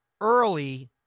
Early